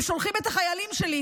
ושולחים את חיילים שלי,